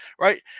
right